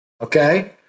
Okay